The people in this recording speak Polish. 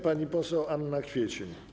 Pani poseł Anna Kwiecień.